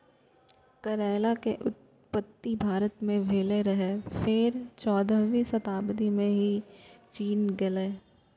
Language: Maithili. करैला के उत्पत्ति भारत मे भेल रहै, फेर चौदहवीं शताब्दी मे ई चीन गेलै